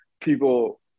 people